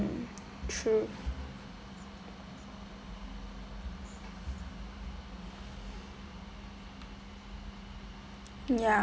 true ya